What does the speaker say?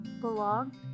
BELONG